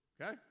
okay